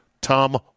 Tom